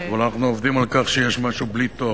אבל אנחנו עובדים על כך שיש משהו בלי תור,